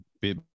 bit